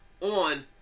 on